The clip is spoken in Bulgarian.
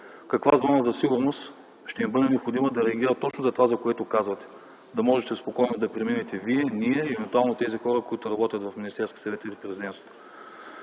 каква зона за сигурност ще им бъде необходима, за да реагират точно за това, за което казвате. Да можете спокойно да преминете Вие, ние и евентуално тези хора, които работят в Министерския съвет или Президентството.